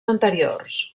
anteriors